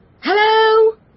Hello